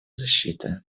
защита